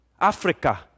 Africa